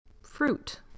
fruit